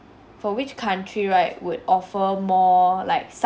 for which country right would offer more like sight~